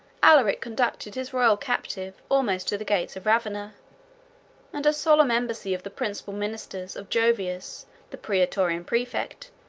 alaric conducted his royal captive almost to the gates of ravenna and a solemn embassy of the principal ministers, of jovius, the praetorian praefect,